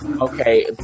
Okay